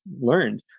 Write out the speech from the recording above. learned